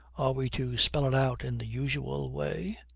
are we to spell it out in the usual way?